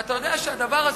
אתה יודע שהדבר הזה,